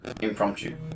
Impromptu